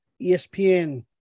ESPN